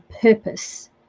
purpose